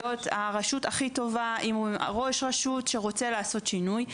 להיות הרשות הכי טובה עם ראש רשות שרוצה לעשות שינוי.